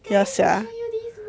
ya sia